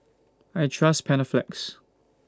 I Trust Panaflex